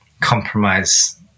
compromise